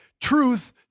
truth